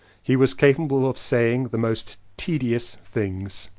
he was capable of saying the most tedious things.